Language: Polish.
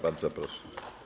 Bardzo proszę.